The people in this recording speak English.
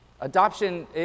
Adoption